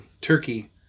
Turkey